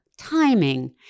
timing